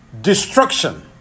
destruction